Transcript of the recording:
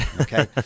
Okay